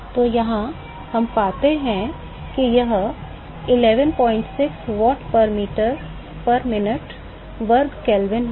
तो यहाँ से हम पाते हैं कि यह 116 वाट प्रति मिनट वर्ग केल्विन होगा